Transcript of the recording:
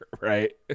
right